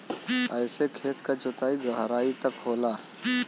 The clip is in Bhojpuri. एसे खेत के जोताई गहराई तक होला